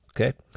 okay